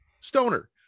stoner